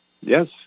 Yes